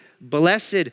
blessed